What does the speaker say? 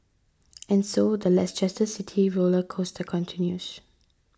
and so the City roller coaster continues